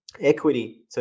equity